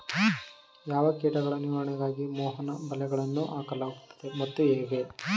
ಯಾವ ಕೀಟಗಳ ನಿವಾರಣೆಗಾಗಿ ಮೋಹನ ಬಲೆಗಳನ್ನು ಹಾಕಲಾಗುತ್ತದೆ ಮತ್ತು ಹೇಗೆ?